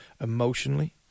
emotionally